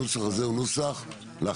הנוסח הזה הוא נוסח הוועדה,